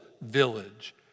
village